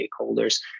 stakeholders